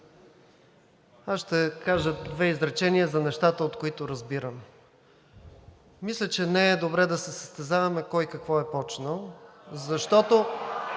Аз ще кажа две изречения за нещата, от които разбирам. Мисля, че не е добре да се състезаваме кой какво е започнал. (Викове